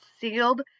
sealed